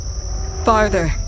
Farther